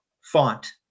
font